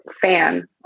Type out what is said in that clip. fan